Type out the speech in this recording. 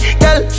girl